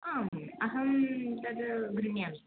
आम् अहं तत् गृह्णामि